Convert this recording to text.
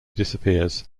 disappears